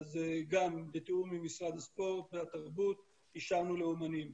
אז גם בתיאום עם משרד הספורט והתרבות אישרנו לאמנים.